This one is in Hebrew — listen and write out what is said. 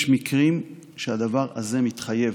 יש מקרים שהדבר הזה מתחייב.